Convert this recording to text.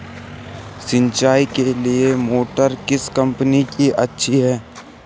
सिंचाई के लिए मोटर किस कंपनी की अच्छी है?